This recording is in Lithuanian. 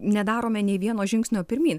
nedarome nei vieno žingsnio pirmyn